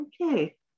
okay